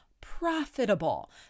profitable